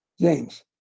James